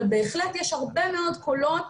אבל בהחלט יש הרבה מאוד קולות,